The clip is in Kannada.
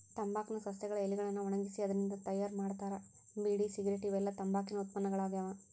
ತಂಬಾಕ್ ನ ಸಸ್ಯಗಳ ಎಲಿಗಳನ್ನ ಒಣಗಿಸಿ ಅದ್ರಿಂದ ತಯಾರ್ ಮಾಡ್ತಾರ ಬೇಡಿ ಸಿಗರೇಟ್ ಇವೆಲ್ಲ ತಂಬಾಕಿನ ಉತ್ಪನ್ನಗಳಾಗ್ಯಾವ